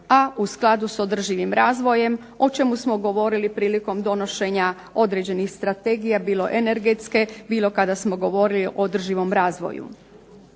a u skladu s održivim razvojem o čemu smo govorili prilikom donošenja određenih strategija, bilo energetske bilo kada smo govorili o održivom razvoju.